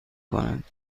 کند